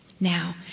Now